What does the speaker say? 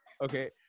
Okay